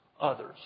others